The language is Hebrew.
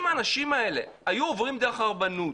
אם האנשים האלה היו עוברים דרך הרבנות,